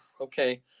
okay